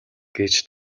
гэж